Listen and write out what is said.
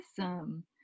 Awesome